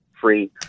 free